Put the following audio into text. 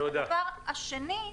דבר שני,